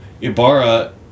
Ibarra